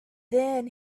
then